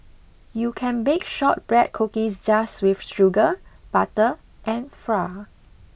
you can bake shortbread cookies just with sugar butter and flour